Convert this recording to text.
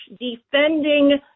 defending